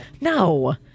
No